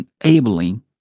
enabling